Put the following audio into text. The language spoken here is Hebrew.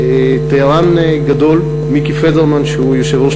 תיירן גדול, מיקי פדרמן, שהוא יו"ר ראש